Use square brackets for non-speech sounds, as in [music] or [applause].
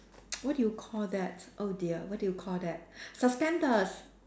[noise] what do you call that oh dear what do you call that suspenders